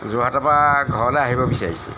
যোৰহাটৰ পৰা ঘৰলৈ আহিব বিচাৰিছে